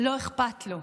לא אכפת לו.